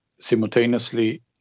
simultaneously